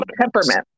temperament